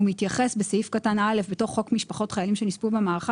הוא מתייחס בסעיף קטן (א) בתוך חוק משפחות חיילים שנספו במערכה